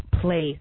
place